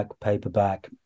paperback